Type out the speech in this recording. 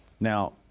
Now